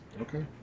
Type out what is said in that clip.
okay